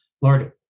Lord